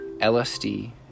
LSD